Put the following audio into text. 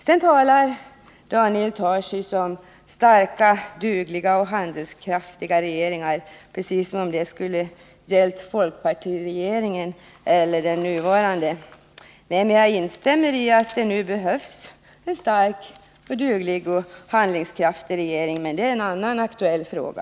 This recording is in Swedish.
Sedan talade Daniel Tarschys om starka, dugliga och handlingskraftiga regeringar — precis som om det skulle ha gällt folkpartiregeringen eller den nuvarande regeringen. Nej, men jag instämmer i att det nu behövs en stark och duglig och handlingskraftig regering. Men det är en annan aktuell fråga.